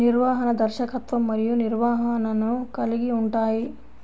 నిర్వహణ, దర్శకత్వం మరియు నిర్వహణను కలిగి ఉంటాయి